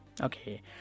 Okay